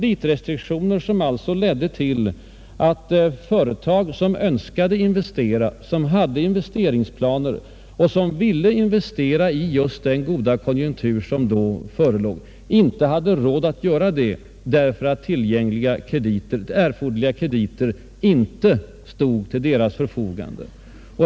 Dessa ledde till att företag som önskade investera, som hade investeringsplaner och som ville investera i just den goda konjunktur som då förelåg inte kunde göra det därför att erforderliga krediter inte stod till deras förfogande.